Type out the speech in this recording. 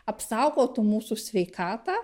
apsaugotų mūsų sveikatą